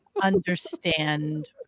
understand